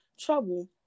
trouble